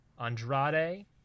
Andrade